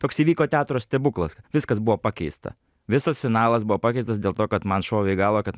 toks įvyko teatro stebuklas viskas buvo pakeista visas finalas buvo pakeistas dėl to kad man šovė į galvą kad